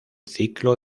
ciclo